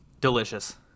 delicious